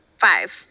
Five